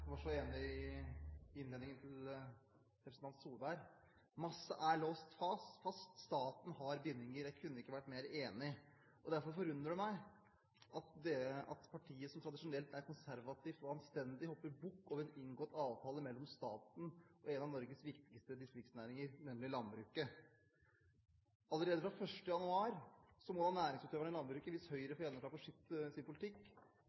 Solberg: Masse er «låst fast», staten har bindinger. Jeg kunne ikke vært mer enig. Derfor forundrer det meg at partiet som tradisjonelt er konservativt og anstendig, hopper bukk over en inngått avtale mellom staten og en av Norges viktigste distriktsnæringer, nemlig landbruket. Allerede fra 1. januar må næringsutøverne i landbruket – hvis Høyre får gjennomslag for sin politikk